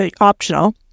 optional